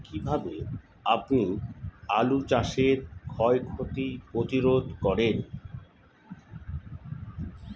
কীভাবে আপনি আলু চাষের ক্ষয় ক্ষতি প্রতিরোধ করেন?